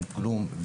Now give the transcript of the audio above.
שום כלום,